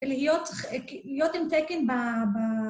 להיות עם תקן ב...